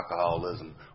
alcoholism